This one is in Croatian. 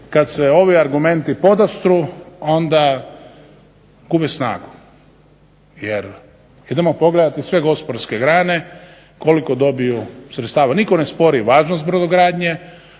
kad se ovi argumenti podastru onda gube snagu. Jer idemo pogledati sve gospodarske grane koliko dobiju sredstava. Nitko ne spori važnost brodogradnje,